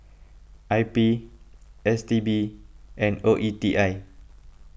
I P S T B and O E T I